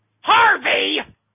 Harvey